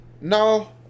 No